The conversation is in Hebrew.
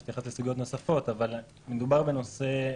אתייחס לסוגיות נוספות אבל מדובר בנושא,